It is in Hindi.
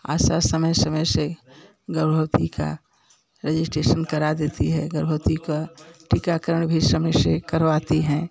आशा समय समय से गर्भवती का रजिस्ट्रेसन करा देती है गर्भवती का टीकाकरण भी समय से करवाती है